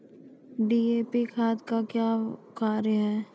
DAP खाद का क्या कार्य हैं?